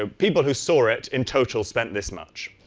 ah people who saw it, in total, spent this much.